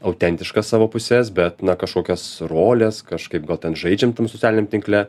autentiškas savo puses bet na kažkokias roles kažkaip gal ten žaidžiam tam socialiniam tinkle